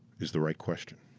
is the right question.